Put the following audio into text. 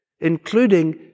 including